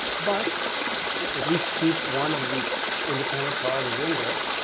but at least keep one of the independent clauses in there,